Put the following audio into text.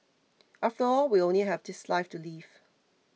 after all we only have this life to live